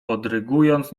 podrygując